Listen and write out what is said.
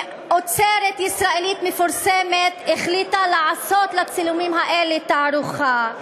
אוצרת ישראלית מפורסמת החליטה לעשות לצילומים האלה תערוכה.